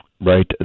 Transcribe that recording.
right